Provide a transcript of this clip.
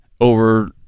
over